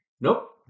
Nope